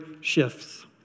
shifts